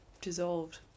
dissolved